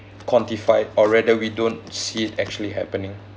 quantify or rather we don't see it actually happening